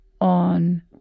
on